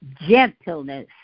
gentleness